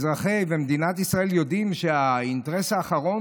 ואזרחי מדינת ישראל יודעים שהאינטרס האחרון